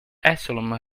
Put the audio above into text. asylum